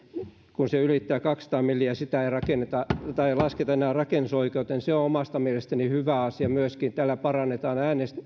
ylittävät kaksisataa milliä sitä ei lasketa enää rakennusoikeuteen on omasta mielestäni hyvä asia tällä myöskin parannetaan